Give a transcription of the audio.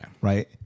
Right